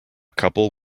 couple